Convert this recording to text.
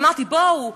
אמרתי: בואו,